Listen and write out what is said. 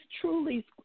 truly